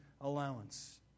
allowance